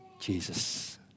Jesus